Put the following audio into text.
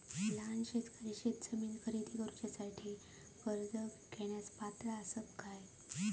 लहान शेतकरी शेतजमीन खरेदी करुच्यासाठी कर्ज घेण्यास पात्र असात काय?